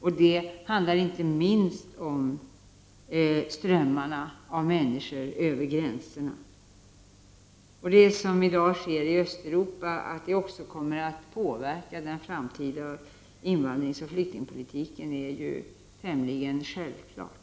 kommer att vara. Det handlar inte minst om strömmen av människor över gränserna. Att det som i dag sker i Östeuropa också kommer att påverka den framtida invandringsoch flyktingpolitiken är tämligen självklart.